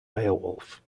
beowulf